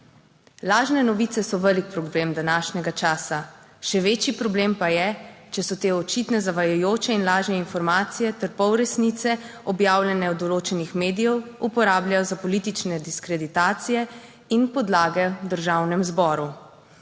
Lažne novice so velik problem današnjega časa, še večji problem pa je, če so te očitne zavajajoče in lažne informacije ter pol resnice objavljene v določenih medijev. Uporabljajo za politične diskreditacije in podlage v Državnem zboru